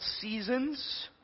seasons